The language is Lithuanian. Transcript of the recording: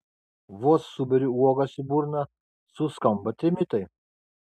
vos suberiu uogas į burną suskamba trimitai